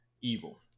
evil